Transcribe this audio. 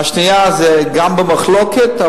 השנייה היא גם במחלוקת,